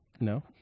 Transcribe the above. no